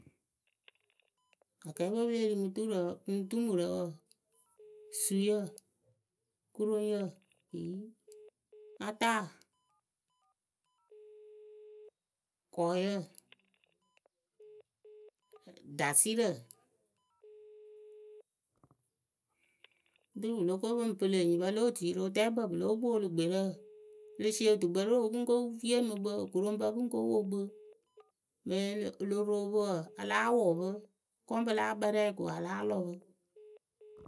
Akɛɛpǝ we pɨ lée ri mɨ durǝ mɨ dumurǝ wǝǝ suyǝ kuroŋyǝ eyi ataa kɔɛ kɔyǝ dasɩrǝ otupɨ lóo ko pɨŋ pɨlǝ enyipǝ lo otui rɨ wɨtɛɛkpǝ pɨ lóo polu gbeɖǝ e le sie wɨtukpǝ rɨ o pɨ ŋ ke yeemɨ kpǝ okuroŋpǝ pɨŋ ko wo kpɨ. Mɨŋ o lo ro pɨ wǝǝ a la wʊʊ pɨ kɔŋ pɨla akpɛrɛ ko a láa lɔ pɨ.